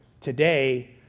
today